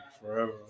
forever